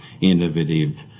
innovative